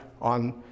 on